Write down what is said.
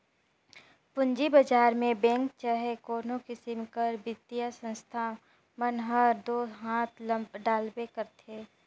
पूंजी बजार में बेंक चहे कोनो किसिम कर बित्तीय संस्था मन हर दो हांथ डालबे करथे